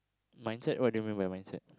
mindset what do you mean by mindset